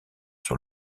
sur